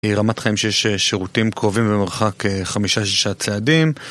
אה... רמת חיים שיש שירותים קרובים ומרחק 5-6 צעדים